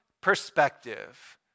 perspective